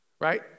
Right